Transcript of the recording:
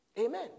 Amen